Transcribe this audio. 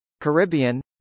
Caribbean